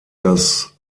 das